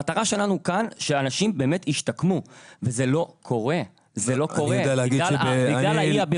המטרה שלנו כאן היא שאנשים באמת ישתקמו וזה לא קורה בגלל הבירוקרטיה.